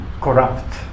corrupt